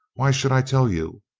why should i tell you?